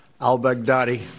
al-Baghdadi